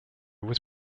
was